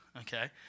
Okay